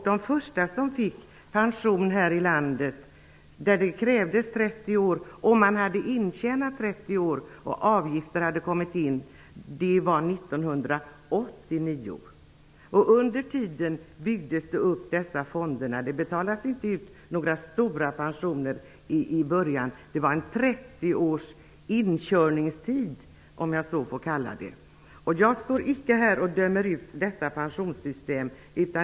De första som fick pension här i landet där det krävdes 30 år -- man hade tjänat in 30 år och avgifter hade kommit in -- var de som pensionerades 1989. Under tiden byggdes dessa fonder upp. Det betalades inte ut några stora pensioner i början. Det var 30 års inkörningstid, om jag så får kalla det. Jag står icke här och dömer ut detta pensionssystem.